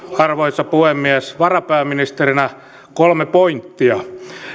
arvoisa puhemies varapääministerinä kolme pointtia